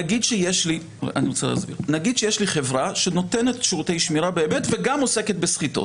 נגיד שיש לי חברה שנותנת שירותי שמירה באמת וגם עוסקת בסחיטות.